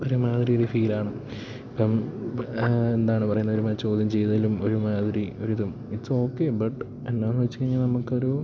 ഒരുമാതിരി ഒരു ഫീലാണ് ഇപ്പം എന്താണ് പറയുന്നത് ഒരുമാതിരി ചോദ്യം ചെയ്തേലും ഒരുമാതിരി ഒരിതും ഇറ്റ്സ് ബട്ട് എന്നാന്ന് വെച്ച് കഴിഞ്ഞാൽ നമുക്കൊരു